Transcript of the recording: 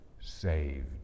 saved